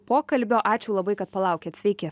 pokalbio ačiū labai kad palaukėt sveiki